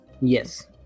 Yes